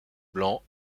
blanc